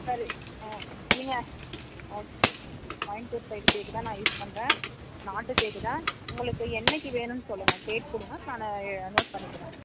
sir ஆ நீங்கள் point two size தேக்கு தான் நான் யூஸ் பண்ணுறேன் நாட்டு தேக்கு தான் உங்களுக்கு என்றைக்கி வேணும்ன் சொல்லுங்க டேட் கொடுங்க நான் நோட் பண்ணிக்கிறேன்